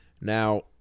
Now